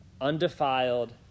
undefiled